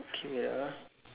okay ah